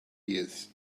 years